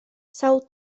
sawl